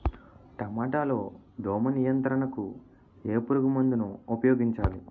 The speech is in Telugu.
టమాటా లో దోమ నియంత్రణకు ఏ పురుగుమందును ఉపయోగించాలి?